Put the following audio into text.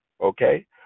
Okay